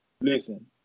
listen